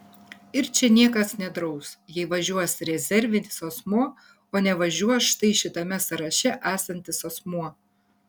ir čia niekas nedraus jei važiuos rezervinis asmuo o nevažiuos štai šitame sąraše esantis asmuo